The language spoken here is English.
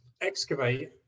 excavate